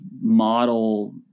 model